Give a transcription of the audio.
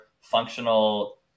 functional